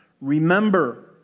Remember